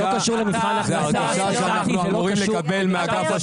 זו הרגשה שאנחנו אמורים לקבל מאגף השיקום --- נתי,